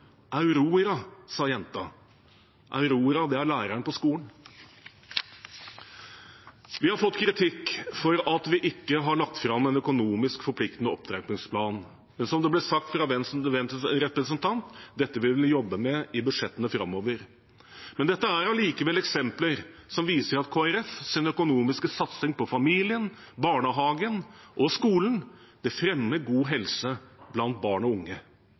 Aurora, sa jenta. Aurora er læreren på skolen. Vi har fått kritikk for at vi ikke har lagt fram en økonomisk forpliktende opptrappingsplan, men som det ble sagt av Venstres representant, vil vi jobbe med dette i budsjettene framover. Dette er allikevel eksempler som viser at Kristelig Folkepartis økonomiske satsing på familien, barnehagen og skolen fremmer god helse blant barn og unge.